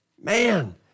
Man